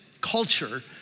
culture